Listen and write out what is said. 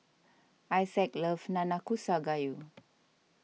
Isaac loves Nanakusa Gayu